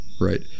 right